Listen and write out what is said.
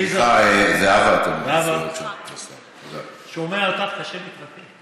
עליזה, סליחה, זהבה, אתן מפריעות שם לשר.